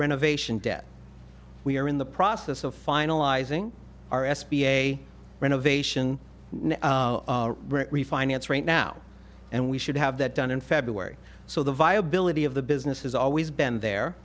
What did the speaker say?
renovation debt we are in the process of finalizing our s b a renovation refinance right now and we should have that done in february so the viability of the business has always been there